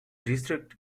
district